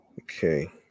Okay